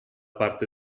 parte